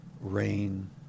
rain